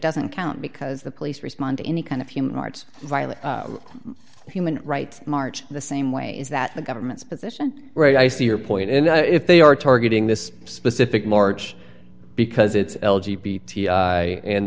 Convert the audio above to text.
doesn't count because the police respond to any kind of human rights violence and human rights march the same way is that the government's position right i see your point and if they are targeting this specific march because it's l g